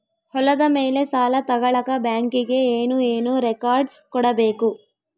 ಹೊಲದ ಮೇಲೆ ಸಾಲ ತಗಳಕ ಬ್ಯಾಂಕಿಗೆ ಏನು ಏನು ರೆಕಾರ್ಡ್ಸ್ ಕೊಡಬೇಕು?